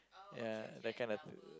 ya that kind of uh